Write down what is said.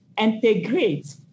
integrate